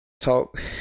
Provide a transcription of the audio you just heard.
talk